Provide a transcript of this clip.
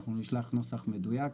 אנחנו נשלח נוסח מדויק,